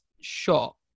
shot